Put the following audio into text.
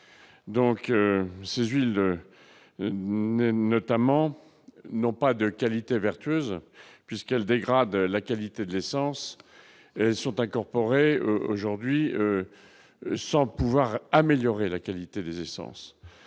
donc ces huiles notamment n'ont pas de qualité vertueuse, puisqu'elle dégrade la qualité de l'essence sont incorporées aujourd'hui sans pouvoir améliorer la qualité des essences,